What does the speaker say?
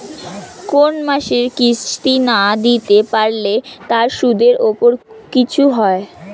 কোন মাসের কিস্তি না দিতে পারলে তার সুদের উপর কিছু হয়?